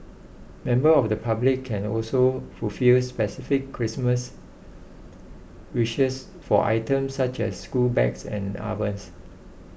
members of the public can also fulfils specific Christmas wishes for items such as school bags and ovens